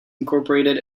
incorporated